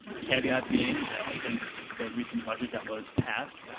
caveat being, i think the recent budget that was passed,